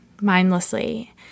mindlessly